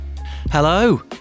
Hello